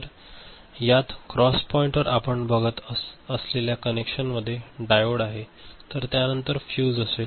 तर यात क्रॉस पॉईंटवर आपण बघत असलेल्या कनेक्शन मध्ये डायोड आहे तर त्यानंतर फ्यूज असेल